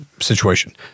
situation